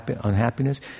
unhappiness